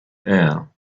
air